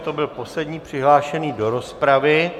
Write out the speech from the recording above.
To byl poslední přihlášený do rozpravy.